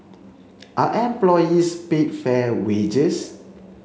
are employees paid fair wages